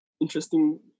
Interesting